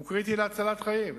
הוא קריטי להצלת חיים.